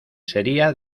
sería